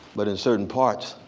but in certain parts